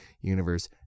universe